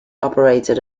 operated